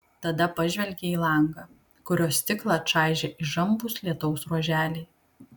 tada pažvelgė į langą kurio stiklą čaižė įžambūs lietaus ruoželiai